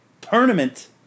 tournament